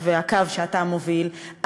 והקו שאתה מוביל,